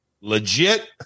legit